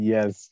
Yes